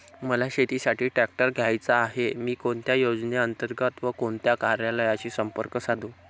मला शेतीसाठी ट्रॅक्टर घ्यायचा आहे, मी कोणत्या योजने अंतर्गत व कोणत्या कार्यालयाशी संपर्क साधू?